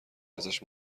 ازش